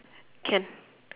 can